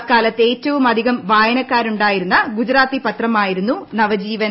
അക്കാലത്തു ഏറ്റവുമധികം വായനക്കാരുണ്ടായിരുന്നു കൂജറാത്തി പത്രമായിരുന്നു നവജീവൻ